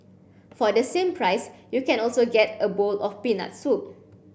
for the same price you can also get a bowl of peanut soup